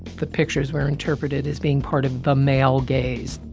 the pictures were interpreted as being part of the male gaze.